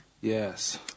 Yes